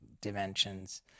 dimensions